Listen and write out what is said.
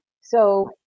So-